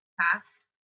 past